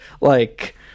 like-